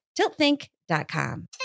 tiltthink.com